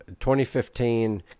2015